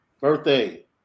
birthday